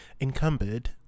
encumbered